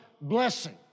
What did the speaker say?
blessing